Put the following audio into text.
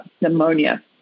pneumonia